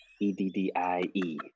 E-D-D-I-E